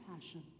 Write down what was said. passion